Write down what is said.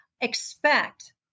Expect